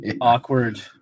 awkward